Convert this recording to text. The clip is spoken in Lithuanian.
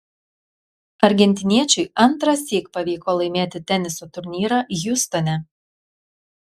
argentiniečiui antrąsyk pavyko laimėti teniso turnyrą hjustone